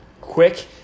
quick